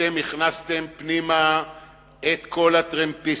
אתם הכנסתם פנימה את כל הטרמפיסטים.